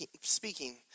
speaking